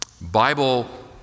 Bible